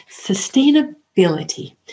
sustainability